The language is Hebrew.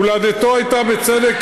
הולדתו הייתה בצדק,